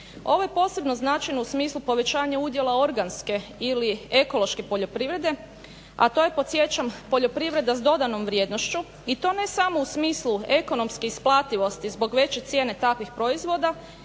Ovo je posebno značajno u smislu povećanja udjela organske ili ekološke poljoprivrede, a to je podsjećam poljoprivreda s dodanom vrijednošću i to ne samo u smislu ekonomske isplativosti zbog veće cijene takvih proizvoda